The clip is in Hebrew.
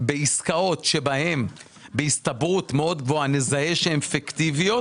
בעסקות בהן בהסתברות מאוד גבוהה נזהה שהן פיקטיביות